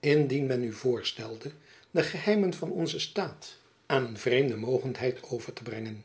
indien men u voorstelde de geheimen van onzen staat aan een vreemde mogendheid over te brengen